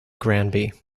granby